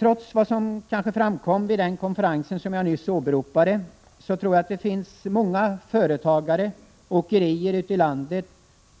Trots vad som kanske framkom vid den konferens som jag nyss åberopade tror jag att det finns många företagare och åkerier ute i landet